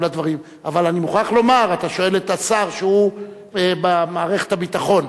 אבל אני מוכרח לומר: אתה שואל את השר שהוא במערכת הביטחון,